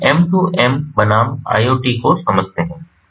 तो M 2 M बनाम IoT को समझते है